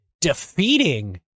defeating